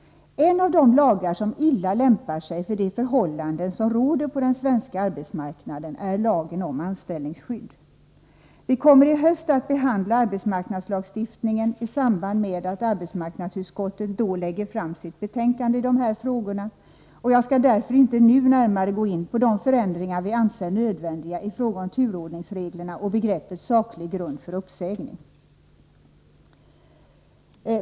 En av de lagar som illa lämpar sig för de förhållanden som råder på den svenska arbetsmarknaden är lagen om anställningsskydd. Vi kommer i höst att behandla arbetsmarknadslagstiftningen i samband med att arbetsmarknadsutskottet lägger fram sitt betänkande i de här frågorna. Jag skall därför inte nu närmare gå in på de förändringar som vi anser är nödvändiga i fråga om turordningsreglerna och begreppet ”saklig grund för uppsägning”.